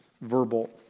verbal